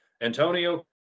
Antonio